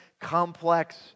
complex